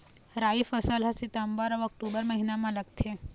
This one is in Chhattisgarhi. राई फसल हा सितंबर अऊ अक्टूबर महीना मा लगथे